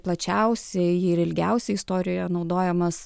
plačiausiai ir ilgiausiai istorijoje naudojamas